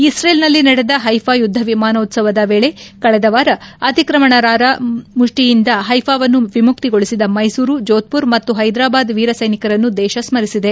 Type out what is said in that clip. ಇಸ್ರೇಲ್ನಲ್ಲಿ ನಡೆದ ಹೈಫಾ ಯುದ್ದ ಶತಮಾನೋತ್ಸವದ ವೇಳೆ ಕಳೆದ ವಾರ ಅತಿಕ್ರಮಣಕಾರರ ಮುಷ್ಠಿಯಿಂದ ಹೈಥಾವನ್ನು ವಿಮುಕ್ತಿಗೊಳಿಸಿದ ಮೈಸೂರು ಜೋದ್ಪುರ ಮತ್ತು ಹೈದರಾಬಾದ್ ವೀರ ಸೈನಿಕರನ್ನು ದೇಶ ಸ್ಮರಿಸಿದೆ